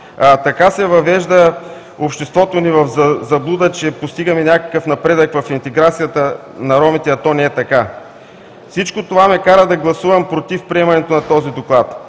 Така се въвежда обществото ни в заблуда, че постигаме някакъв напредък в интеграцията на ромите, а то не е така. Всичко това ме кара да гласувам против приемането на този Доклад.